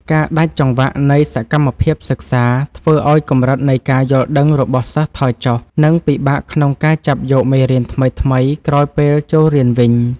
ការដាច់ចង្វាក់នៃសកម្មភាពសិក្សា ធ្វើឱ្យកម្រិតនៃការយល់ដឹងរបស់សិស្សថយចុះ និង ពិបាកក្នុងការចាប់យកមេរៀនថ្មីៗក្រោយពេលចូលរៀនវិញ។